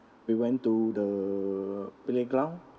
we went to the playground